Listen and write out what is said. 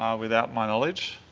um without my knowledge.